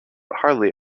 hardly